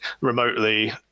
remotely